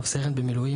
רב סרן במילואים,